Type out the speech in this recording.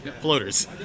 Floaters